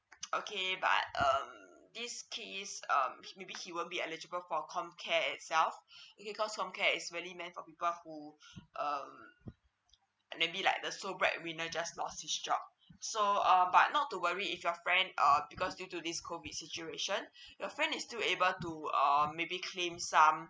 okay but um this case um maybe he won't be eligible for comcare itself because comcare is vary main for people who um maybe like the sole breadwinner just lost his job so um but not to worry if your friend um because due to this COVID situation your friend is still able to um maybe clean some